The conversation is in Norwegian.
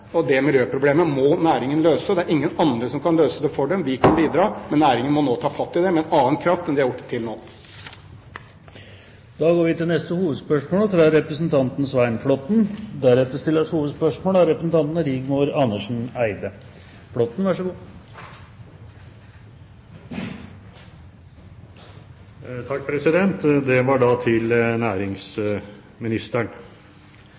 Det miljøproblemet må næringen løse. Det er ingen andre som kan løse det for dem. Vi kan bidra, men næringen må nå ta fatt i det med en annen kraft enn den har gjort til nå. Vi går videre til neste hovedspørsmål. Spørsmålet er til næringsministeren. Jeg vil gjerne først rose næringsministeren for hans nyslåtte og sterke interesse for både næringsliv og små og store kapitalister, for å si det